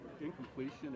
incompletion